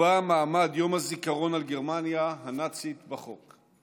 קובע מעמד יום הזיכרון על גרמניה הנאצית בחוק.